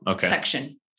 section